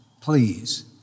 please